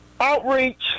Outreach